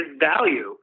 value